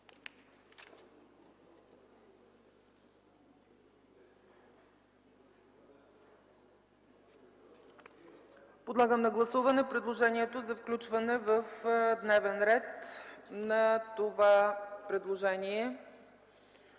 Подлагам на гласуване предложението за включване в дневния ред на това предложение